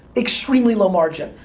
extremely low margin.